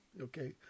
Okay